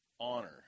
Honor